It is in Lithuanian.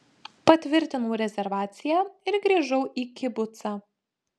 patvirtinau rezervaciją ir grįžau į kibucą